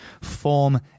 form